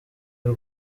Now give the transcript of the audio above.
y’u